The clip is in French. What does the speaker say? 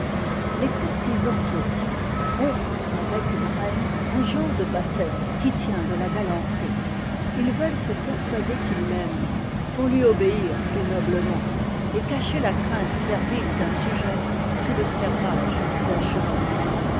les courtisans aussi ont avec une reine un genre de bassesse qui tient de la galanterie ils veulent se persuader qu'ils l'aiment pour lui obéir plus noblement et cacher la crainte servile d'un sujet sous e servage d'un chevalier